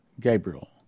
Gabriel